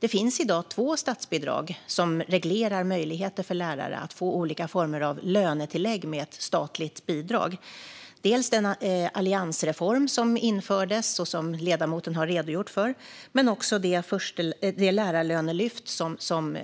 Det finns i dag två statsbidrag som reglerar möjligheter för lärare att få olika former av lönetillägg med ett statligt bidrag - dels den alliansreform som infördes och som ledamoten har redogjort för, dels det lärarlönelyft som